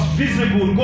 visible